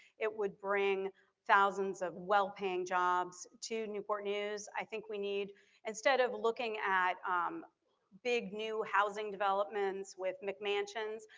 it would bring thousands of well-paying jobs to newport news. i think we need instead of looking at um big new housing developments with mcmansions,